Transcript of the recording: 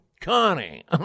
Connie